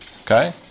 Okay